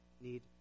need